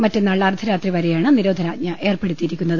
മറ്റ നാൾ അർധരാത്രി വരെയാണ് നിരോധനാജ്ഞ ഏർപ്പെ ടുത്തിയിരിക്കുന്നത്